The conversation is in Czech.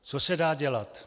Co se dá dělat?